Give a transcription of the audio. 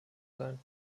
sein